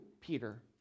Peter